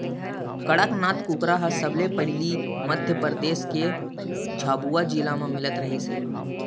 कड़कनाथ कुकरा ह सबले पहिली मध्य परदेस के झाबुआ जिला म मिलत रिहिस हे